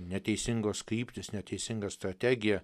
neteisingos kryptys neteisinga strategija